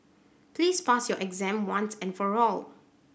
please pass your exam once and for all